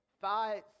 fights